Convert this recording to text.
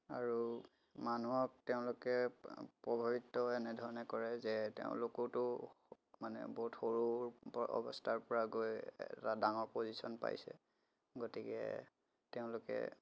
আৰু মানুহক তেওঁলোকে প্ৰভাৱিত এনেধৰণে কৰে যে তেওঁলোকোতো মানে বহুত সৰুৰ অৱস্থাৰপৰা গৈ এটা ডাঙৰ প'জিচন পাইছে গতিকে তেওঁলোকে